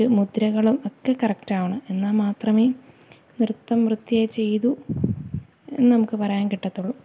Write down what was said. ഒരു മുദ്രകളും ഒക്കെ കറക്റ്റാവണം എന്നാല് മാത്രമേ നൃത്തം വൃത്തിയായി ചെയ്തു എന്നു നമുക്കു പറയാൻ കിട്ടത്തുള്ളൂ